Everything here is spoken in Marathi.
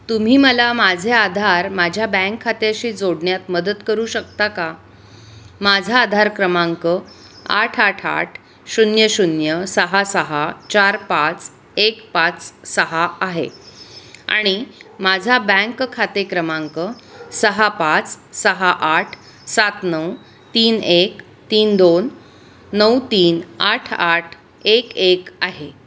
तुम्ही मला माझे आधार माझ्या बँक खात्याशी जोडण्यात मदत करू शकता का माझा आधार क्रमांक आठ आठ आठ शून्य शून्य सहा सहा चार पाच एक पाच सहा आहे आणि माझा बँक खाते क्रमांक सहा पाच सहा आठ सात नऊ तीन एक तीन दोन नऊ तीन आठ आठ एक एक आहे